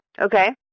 Okay